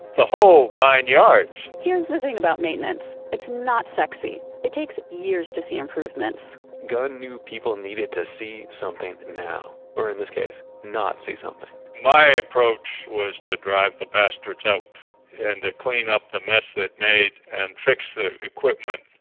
the whole nine yards here's the thing about maintenance, it's not sexy. it takes years to see improvements gunn knew people needed to see something now. or in this case, not see something my approach was to drive the bastards out and to clean up the mess they made and fix the equipment.